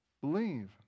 believe